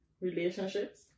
relationships